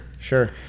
sure